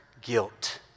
guilt